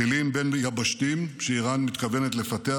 טילים בין-יבשתיים שאיראן מתכוונת לפתח.